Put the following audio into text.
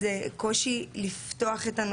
כל הזמן צריכים לדעת איפה אני,